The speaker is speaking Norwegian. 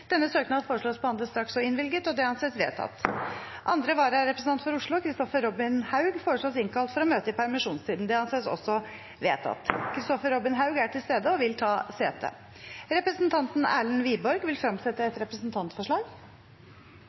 Kristoffer Robin Haug , for Oslo, innkalles for å møte i permisjonstiden. Kristoffer Robin Haug er til stede og vil ta sete. Representanten Erlend Wiborg vil fremsette et representantforslag.